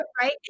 right